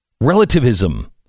relativism